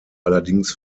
allerdings